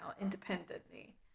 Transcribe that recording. independently